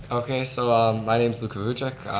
okay so um my name's luca rucceck.